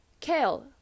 Kale